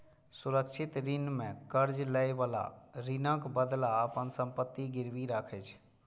सुरक्षित ऋण मे कर्ज लएबला ऋणक बदला अपन संपत्ति गिरवी राखै छै